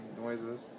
noises